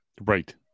right